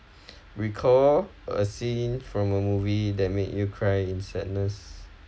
recall a scene from a movie that made you cry in sadness